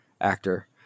actor